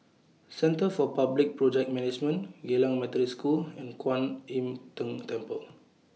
Centre For Public Project Management Geylang Methodist School Kwan Im Tng Temple